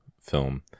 film